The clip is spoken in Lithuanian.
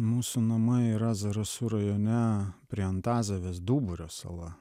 mūsų namai yra zarasų rajone prie antazavės dūburio sala